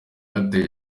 yatewe